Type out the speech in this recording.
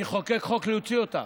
אני אחוקק חוק להוציא אותך.